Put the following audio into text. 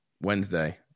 Wednesday